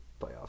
playoffs